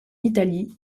italie